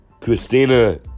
Christina